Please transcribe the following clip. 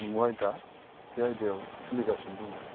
आयदा बे आयदायाव सोलिगासिनो दङ